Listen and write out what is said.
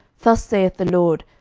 thus saith the lord,